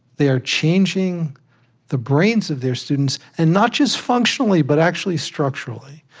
they are changing the brains of their students and not just functionally, but actually, structurally.